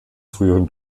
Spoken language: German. früheren